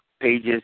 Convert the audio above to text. pages